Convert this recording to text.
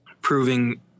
proving